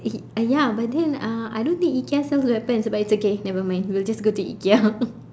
y~ uh ya but then uh I don't think IKEA sells weapons but it's okay nevermind we'll just go to IKEA